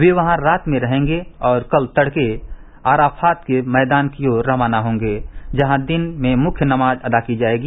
वे वहां रात में रहेंगे और कल तड़के अराफात के मैदान की ओर खाना होंगे जहां दिन में मुख्य नमाज़ अदा की जाएगी